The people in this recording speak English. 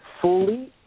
fully